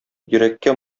йөрәккә